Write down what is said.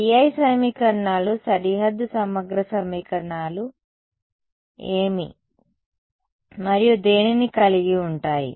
BI సమీకరణాలు సరిహద్దు సమగ్ర సమీకరణాలు ఏమి మరియు దేనిని కలిగి ఉంటాయి